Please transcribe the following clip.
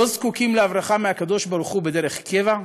לא זקוקים לברכה מהקדוש-ברוך-הוא בדרך קבע?